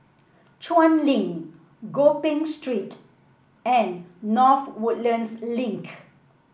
Chuan Link Gopeng Street and North Woodlands Link